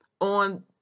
on